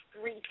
three